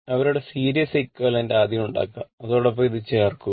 അവരുടെ series equivalent ആദ്യം ഉണ്ടാക്കുക അതോടൊപ്പം ഇതു ചേർക്കുക